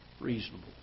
Reasonable